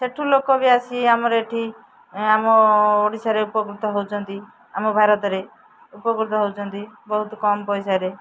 ସେଠୁ ଲୋକ ବି ଆସି ଆମର ଏଠି ଆମ ଓଡ଼ିଶାରେ ଉପକୃତ ହେଉଛନ୍ତି ଆମ ଭାରତରେ ଉପକୃତ ହେଉଛନ୍ତି ବହୁତ କମ ପଇସାରେ